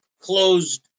closed